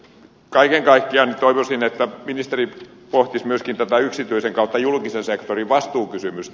kaiken kaikkiaan toivoisin että ministeri pohtisi myöskin tätä yksityisen ja julkisen sektorin vastuukysymystä